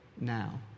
now